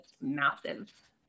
massive